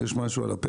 יש משהו על הפרק?